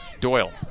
Doyle